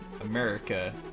America